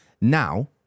now